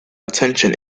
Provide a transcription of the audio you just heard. attention